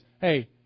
hey